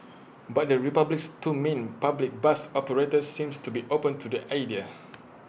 but the republic's two main public bus operators seems to be open to the idea